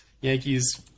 Yankees